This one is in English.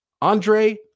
Andre